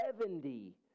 Seventy